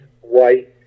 white